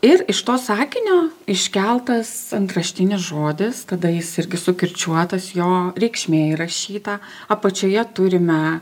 ir iš to sakinio iškeltas antraštinis žodis tada jis irgi sukirčiuotas jo reikšmė įrašyta apačioje turime